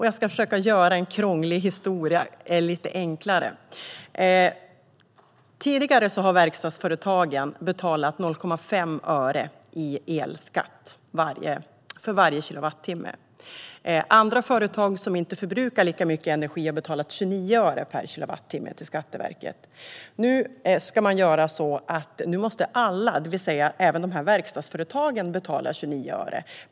Jag ska försöka göra en krånglig historia lite enklare att förstå. Tidigare har verkstadsföretagen betalat 0,5 öre i elskatt för varje kilowattimme. Andra företag, som inte förbrukar lika mycket energi, har betalat 29 öre per kilowattimme till Skatteverket. Nu måste alla, det vill säga även verkstadsföretagen, betala 29 öre.